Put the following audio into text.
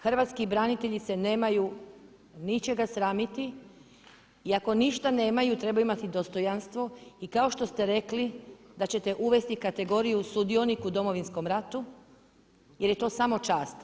Hrvatski branitelji se nemaju ničega sramiti i ako ništa nemaju, treba imati dostojanstvo i kao što ste rekli da ćete uvesti kategoriju sudionik u Domovinskom ratu, jer je to samo čast.